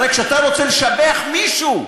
הרי כשאתה רוצה לשבח מישהו,